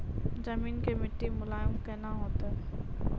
जमीन के मिट्टी मुलायम केना होतै?